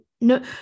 no